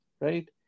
right